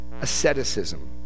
asceticism